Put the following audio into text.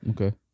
Okay